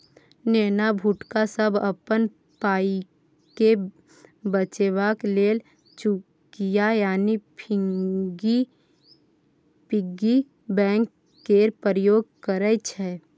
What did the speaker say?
नेना भुटका सब अपन पाइकेँ बचेबाक लेल चुकिया यानी पिग्गी बैंक केर प्रयोग करय छै